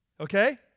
Okay